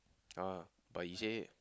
uh but he say